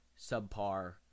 subpar